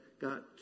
got